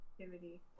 activity